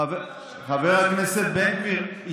חבר הכנסת בן גביר,